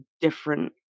different